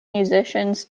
musicians